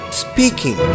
speaking